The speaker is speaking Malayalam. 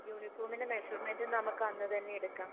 യൂണിഫോമിന്റെ മെഷർമെന്റും നമുക്ക് അന്ന് തന്നെ എടുക്കാം